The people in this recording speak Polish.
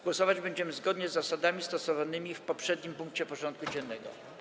Głosować będziemy zgodnie z zasadami stosowanymi w poprzednim punkcie porządku dziennego.